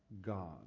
God